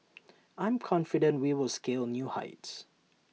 I'm confident we will scale new heights